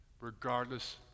regardless